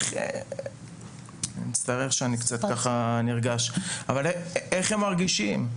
אני מצטער שאני קצת נרגש, אבל איך הם מרגישים?